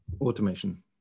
Automation